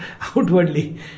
Outwardly